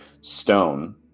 stone